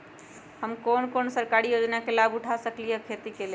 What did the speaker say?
हम कोन कोन सरकारी योजना के लाभ उठा सकली ह खेती के लेल?